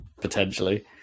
potentially